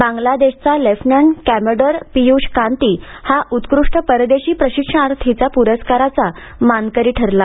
बांगलादेशचा lieutenant commodore Piyush Kanti उत्कृष्ट परदेशी प्रशिक्षणार्थी पुरस्कारचा मानकरी ठरला